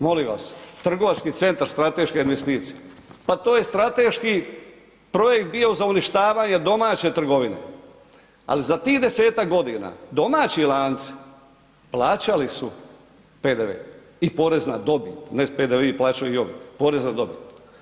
Molim vas trgovački centar strateška investicija, pa to strateški projekt bio za uništavanje domaće trgovine, ali za tih 10-tak godina domaći lanci plaćali su PDV i porez na dobit, ne PDV plaćaju i ovi, porez na dobit.